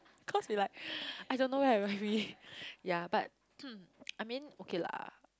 cause they like I don't know where are we ya but I mean okay lah